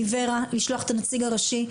מוור"ה לשלוח את הנציג הראשי,